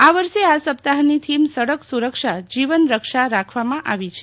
આ વર્ષે આ સપ્તાહની થીમ સડક સુરક્ષા જીવન રક્ષા રાખવામાં આવી છે